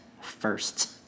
first